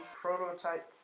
prototype